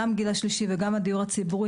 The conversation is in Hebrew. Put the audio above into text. גם בדיור הציבורי וגם לגיל השלישי,